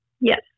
Yes